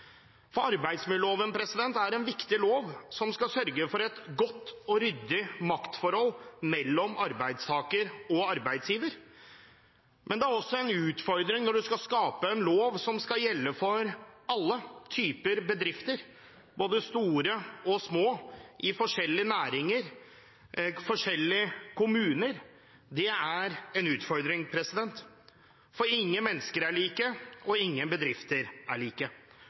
samfunnet. Arbeidsmiljøloven er en viktig lov, som skal sørge for et godt og ryddig maktforhold mellom arbeidstaker og arbeidsgiver. Men det er også en utfordring å skape en lov som skal gjelde for alle typer bedrifter, både store og små, i forskjellige næringer og i forskjellige kommuner. Det er en utfordring, for ingen mennesker er like, og ingen bedrifter er like.